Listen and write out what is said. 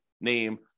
name